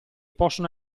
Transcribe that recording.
possono